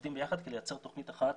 עובדים ביחד כדי לייצר תוכנית אחת,